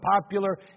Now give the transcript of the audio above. popular